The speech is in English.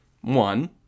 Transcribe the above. One